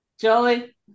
Joey